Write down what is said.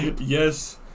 Yes